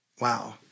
Wow